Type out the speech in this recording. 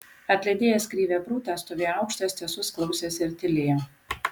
atlydėjęs krivę prūtą stovėjo aukštas tiesus klausėsi ir tylėjo